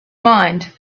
mind